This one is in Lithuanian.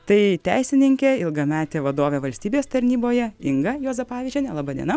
tai teisininkė ilgametė vadovė valstybės tarnyboje inga juozapavičienė laba diena